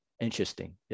Interesting